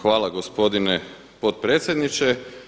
Hvala gospodine potpredsjedniče.